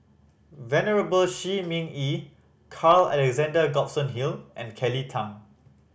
Venerable Shi Ming Yi Carl Alexander Gibson Hill and Kelly Tang